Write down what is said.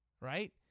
Right